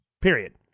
period